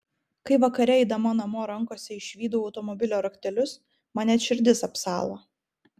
kai vakare eidama namo rankose išvydau automobilio raktelius man net širdis apsalo